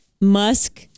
musk